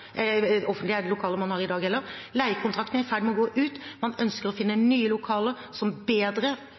er i ferd med å gå ut, man ønsker å finne nye lokaler som bedre